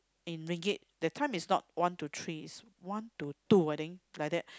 and ringgit that time it's not one to three it's one to two I think like that